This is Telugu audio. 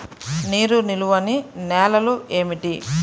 నీరు నిలువని నేలలు ఏమిటి?